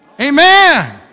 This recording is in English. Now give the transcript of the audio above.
Amen